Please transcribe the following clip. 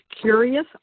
curious